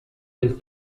del